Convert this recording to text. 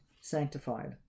sanctified